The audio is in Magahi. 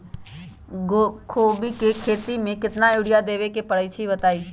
कोबी के खेती मे केतना यूरिया देबे परईछी बताई?